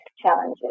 challenges